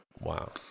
Wow